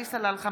עלי סלאלחה,